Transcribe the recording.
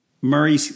Murray